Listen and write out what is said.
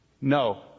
No